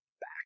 back